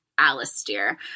Alistair